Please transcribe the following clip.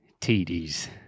TDs